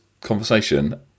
conversation